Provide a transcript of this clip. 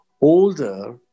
older